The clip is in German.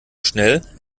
schnell